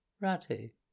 Ratty